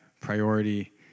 priority